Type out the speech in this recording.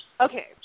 Okay